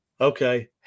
Okay